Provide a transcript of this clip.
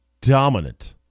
dominant